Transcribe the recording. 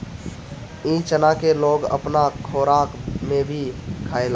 इ चना के लोग अपना खोराक में भी खायेला